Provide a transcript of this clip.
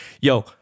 Yo